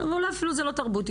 אולי אפילו זה לא תרבותי,